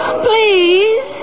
Please